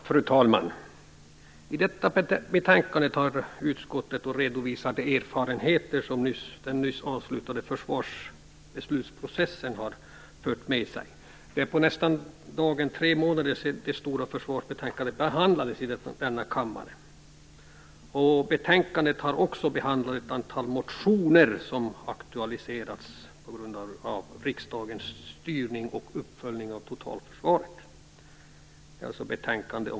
Fru talman! I detta betänkande redovisar utskottet de erfarenheter som den nyss avslutade försvarsbeslutsprocessen har fört med sig. Det är på dagen nästan tre månader sedan det stora försvarsbetänkandet behandlades i denna kammare. I betänkandet har också behandlats ett antal motioner som aktualiserat riksdagens styrning och uppföljning av totalförsvaret.